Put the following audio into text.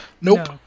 Nope